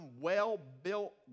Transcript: well-built